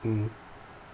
mmhmm